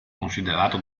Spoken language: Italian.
considerato